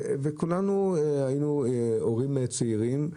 וכולנו היינו הורים צעירים,